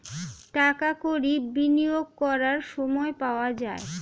টাকা কড়ি বিনিয়োগ করার সময় পাওয়া যায়